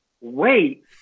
wait